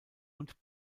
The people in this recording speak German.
und